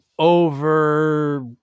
over